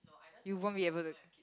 you won't be able to